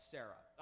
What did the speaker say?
Sarah